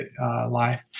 life